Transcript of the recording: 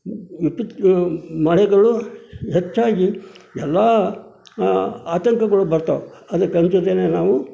ಮಳೆಗಳು ಹೆಚ್ಚಾಗಿ ಎಲ್ಲ ಆತಂಕಗಳು ಬರ್ತಾವೆ ಅದಕ್ಕೆ ಅಂಜದೇನೇ ನಾವು